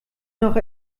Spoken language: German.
noch